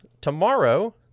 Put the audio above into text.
tomorrow